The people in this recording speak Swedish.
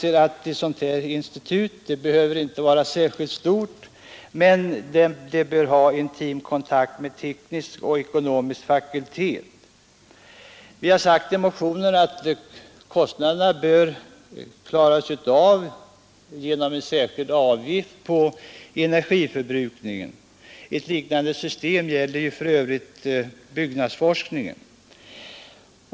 Ett sådant institut behöver inte vara särskilt stort, men det bör ha intim kontakt med teknisk och ekonomisk fakultet. Vi har sagt i motionen att kostnaden bör täckas genom en särskild avgift på energiförbrukningen. Det finns redan ett liknande system för byggnadsforskningen.